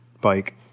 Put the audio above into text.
bike